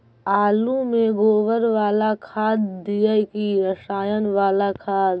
आलु में गोबर बाला खाद दियै कि रसायन बाला खाद?